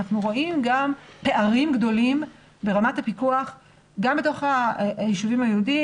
אנחנו רואים גם פערים גדולים ברמת הפיקוח גם בתוך הישובים היהודיים.